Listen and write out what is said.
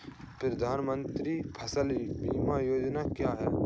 प्रधानमंत्री फसल बीमा योजना क्या है?